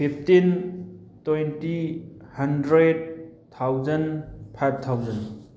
fifteen twenty hundred thousand five thousand